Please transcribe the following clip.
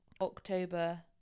October